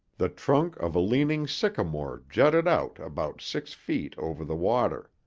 the trunk of a leaning sycamore jutted out about six feet over the water.